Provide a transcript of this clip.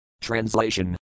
Translation